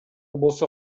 болсо